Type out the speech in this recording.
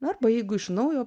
arba jeigu iš naujo